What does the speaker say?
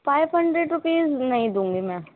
five hundred rupees نہیں دوں گی میں